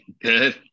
Good